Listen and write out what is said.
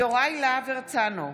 יוראי להב הרצנו,